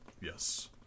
Yes